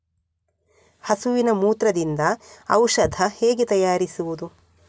ಹಸುವಿನ ಮೂತ್ರದಿಂದ ಔಷಧ ಹೇಗೆ ತಯಾರಿಸುವುದು?